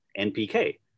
NPK